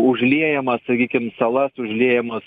cunamius ir ir ir ir užliejamas sakykim salas užliejamas